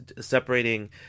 separating